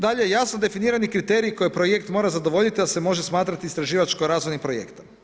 Dalje, jasno definirani kriteriji, koji projekt mora zadovoljiti, da se može smatrati istraživačko razvojnim projektom.